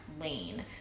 lane